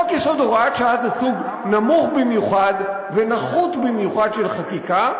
חוק-יסוד (הוראת שעה) זה סוג נמוך במיוחד ונחות במיוחד של חקיקה,